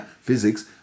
Physics